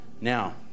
Now